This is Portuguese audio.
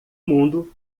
mundo